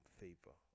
favor